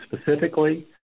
specifically